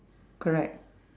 correct